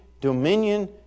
dominion